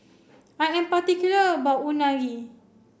I am particular about Unagi